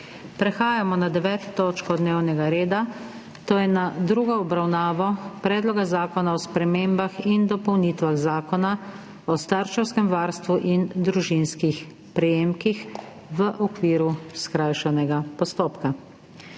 sprekinjeno 9. točko dnevnega reda, to je z drugo obravnavo Predloga zakona o spremembah in dopolnitvah Zakona o starševskem varstvu in družinskih prejemkih v okviru skrajšanega postopka.